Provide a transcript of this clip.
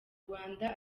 rwanda